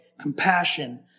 Compassion